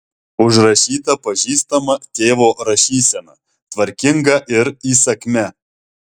užrašyta pažįstama tėvo rašysena tvarkinga ir įsakmia